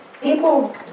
people